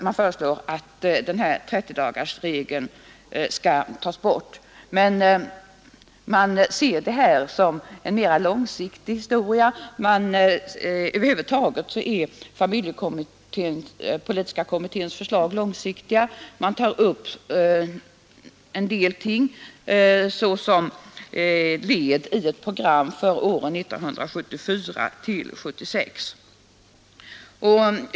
Man föreslår att 30-dagarsregeln skall tas bort, men man ser det som en mer långsiktig historia. Över huvud taget är familjepolitiska kommitténs förslag långsiktiga. Man tar upp en del ting som led i ett program för åren 1974—1976.